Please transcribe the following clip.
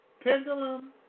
pendulum